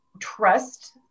trust